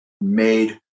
made